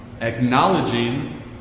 acknowledging